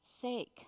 sake